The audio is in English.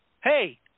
hey